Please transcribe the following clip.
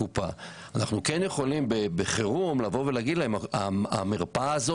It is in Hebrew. אנחנו כן יכולים בשעת חירום לבוא ולומר להם שהמרפאה המסוימת